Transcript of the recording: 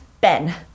Ben